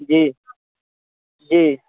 जी जी